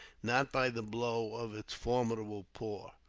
not by the blow of its formidable paw.